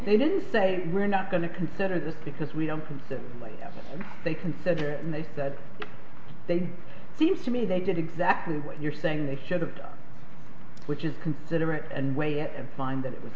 they didn't say we're not going to consider this because we don't consider they consider and they said they seems to me they did exactly what you're saying they should have done which is considerate and way and find that wit